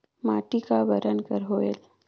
माटी का बरन कर होयल?